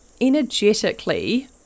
energetically